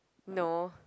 no